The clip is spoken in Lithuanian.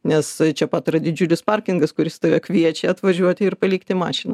nes čia pat yra didžiulis parkingas kuris tave kviečia atvažiuoti ir palikti mašiną